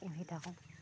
পুহি থাকোঁ